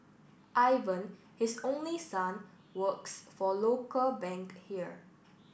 Ivan his only son works for a local bank here